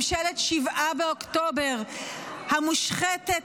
ממשלת 7 באוקטובר המושחתת,